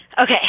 Okay